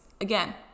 again